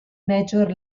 major